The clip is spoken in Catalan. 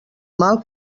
mal